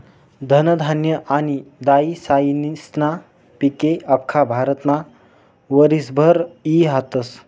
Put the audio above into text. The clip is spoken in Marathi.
धनधान्य आनी दायीसायीस्ना पिके आख्खा भारतमा वरीसभर ई हातस